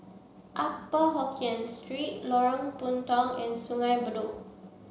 Upper Hokkien Street Lorong Puntong and Sungei Bedok